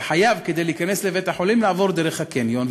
כדי להיכנס לבית-החולים אתה חייב לעבור דרך הקניון,